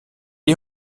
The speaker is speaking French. est